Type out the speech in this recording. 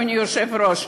אדוני היושב-ראש,